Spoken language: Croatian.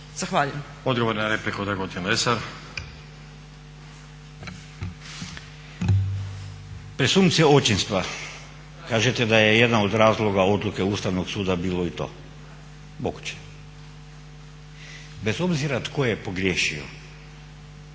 - Stranka rada)** Presumpcija očinstva kažete da je jedan od razloga odluke Ustavnog suda bilo i to, moguće. Bez obzira tko je pogriješio